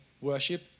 worship